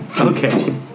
Okay